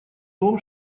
том